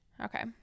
Okay